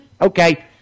Okay